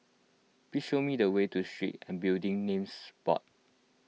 please show me the way to Street and Building Names Board